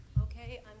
Okay